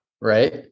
right